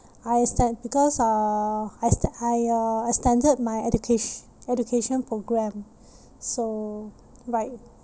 I exte~ because uh I exte~ I uh extended my educat~ education programme so right